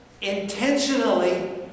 intentionally